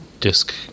disk